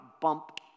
bump